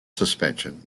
suspension